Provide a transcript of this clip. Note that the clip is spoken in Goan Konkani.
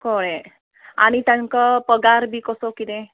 कळें आनी तांकां पगार बी कसो किदें